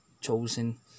chosen